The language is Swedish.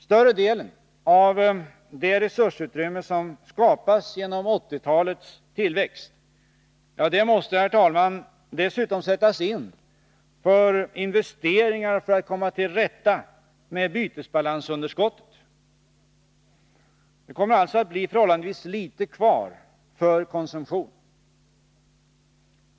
Större delen av det resursutrymme som skapas genom 1980-talets tillväxt måste, herr talman, dessutom sättas in för investeringar för att man skall komma till rätta med bytesbalansunderskottet. Det kommer alltså att bli förhållandevis litet kvar för konsumtion.